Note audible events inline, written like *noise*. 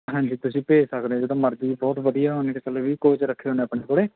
ਹਾਂਜੀ ਤੁਸੀਂ ਭੇਜ ਸਕਦੇ ਹੋ ਜਦੋਂ ਮਰਜ਼ੀ ਬਹੁਤ ਵਧੀਆ *unintelligible* ਕੋਚ ਰੱਖੇ ਹੋਏ ਨੇ ਆਪਣੇ ਕੋਲ